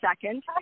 second